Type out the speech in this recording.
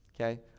Okay